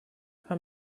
how